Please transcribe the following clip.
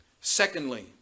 Secondly